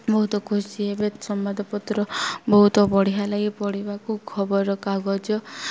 ବହୁତ ଖୁସି ହେବେ ସମ୍ବାଦପତ୍ର ବହୁତ ବଢ଼ିଆ ଲାଗି ପଢ଼ିବାକୁ ଖବର କାଗଜ